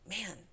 man